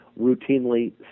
routinely